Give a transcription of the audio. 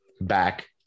back